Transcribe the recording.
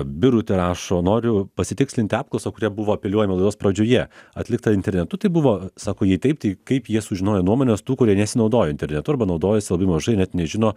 birutė rašo noriu pasitikslinti apklausą į kurią buvo apeliuojama laidos pradžioje atlikta internetu tai buvo sako jei taip tai kaip jie sužinojo nuomonės tų kurie nesinaudoja internetu arba naudojasi labai mažai net nežino